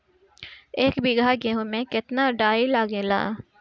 एक बीगहा गेहूं में केतना डाई लागेला?